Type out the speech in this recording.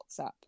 whatsapp